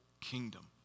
kingdom